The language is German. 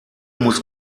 muss